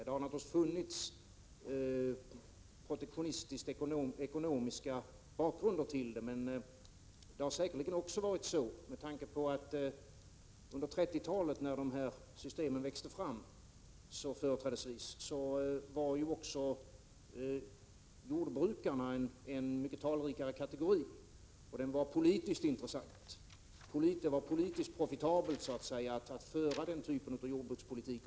Det har naturligtvis funnits protektionistiskt-ekonomiska bakgrunder, men det har säkerligen också varit så att jordbrukarna under 1930-talet, då dessa system företrädesvis växte fram, var en mycket talrikare kategori än i våra dagar. Den var politiskt intressant — det var så att säga politiskt profitabelt att föra den typen av jordbrukspolitik.